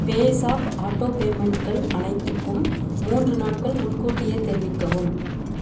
PayZapp auto பேமெண்ட்கள் அனைத்துக்கும் மூன்று நாட்கள் முன்கூட்டியே தெரிவிக்கவும்